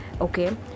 okay